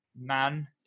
man